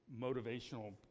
motivational